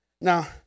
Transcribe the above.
Now